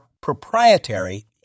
proprietary